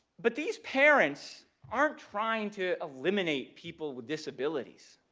but these parents aren't trying to eliminate people with disabilities